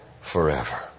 forever